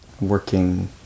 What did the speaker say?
working